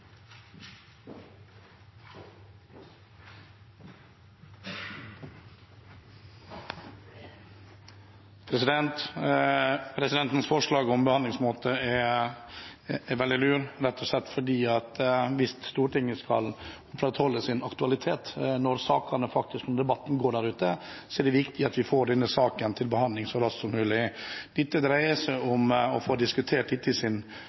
Presidentens forslag om behandlingsmåte er veldig lur, rett og slett fordi at hvis Stortinget skal opprettholde sin aktualitet, når debatten faktisk går der ute, er det viktig at vi får denne saken til behandling så raskt som mulig. Dette dreier seg om å få diskutert saken i